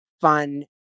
fun